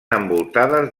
envoltades